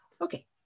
Okay